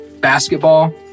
basketball